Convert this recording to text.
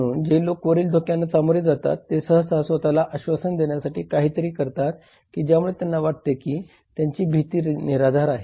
म्हणून जे लोक वरील धोक्यांना सामोरे जातात ते सहसा स्वतःला आश्वासन देण्यासाठी काहीतरी करतात की ज्यामुळे त्यांना वाटते की त्यांची भीती निराधार आहे